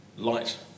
light